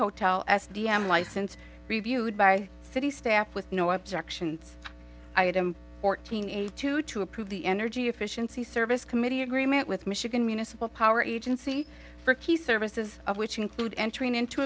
hotel as d m license reviewed by city staff with no objections i had him or teen age two to approve the energy efficiency service committee agreement with michigan municipal power agency for key services of which include entering into